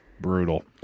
brutal